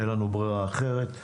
אין לנו ברירה אחרת,